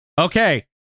okay